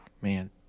man